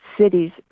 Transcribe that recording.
cities